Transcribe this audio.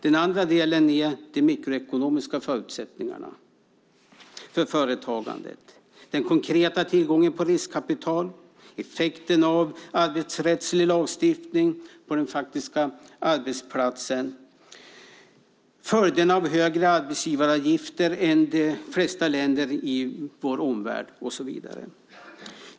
Den andra delen är de mikroekonomiska förutsättningarna för företagandet, den konkreta tillgången på riskkapital, effekten av arbetsrättslig lagstiftning på den faktiska arbetsplatsen, följderna av högre arbetsgivaravgifter än i de flesta länder i vår omvärld, och så vidare.